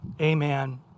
Amen